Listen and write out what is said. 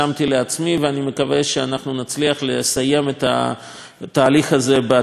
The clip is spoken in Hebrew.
ואני מקווה שאנחנו נצליח לסיים את התהליך הזה בעתיד הקרוב,